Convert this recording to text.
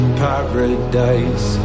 paradise